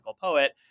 poet